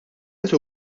meta